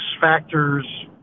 factors